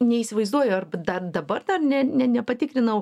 neįsivaizduoju ar dar dabar dar ne ne nepatikrinau